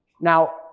Now